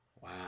Wow